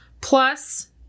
plus